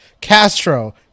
Castro